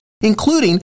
including